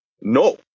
No